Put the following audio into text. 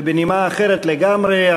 ובנימה אחרת לגמרי,